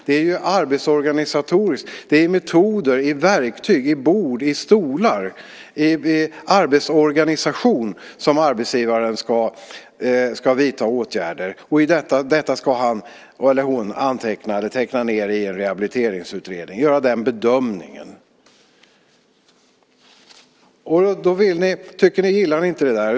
Det är när det gäller det arbetsorganisatoriska, metoder och verktyg - bord och stolar - liksom arbetsorganisationen som arbetsgivaren ska vidta åtgärder. Detta ska han eller hon teckna ned i en rehabiliteringsutredning och göra en bedömning av. Ni gillar inte det där.